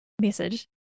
message